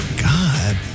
God